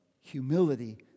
humility